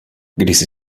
kdysi